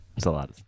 Saladas